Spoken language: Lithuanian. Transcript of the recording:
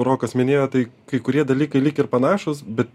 rokas minėjo tai kai kurie dalykai lyg ir panašūs be